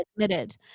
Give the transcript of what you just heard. admitted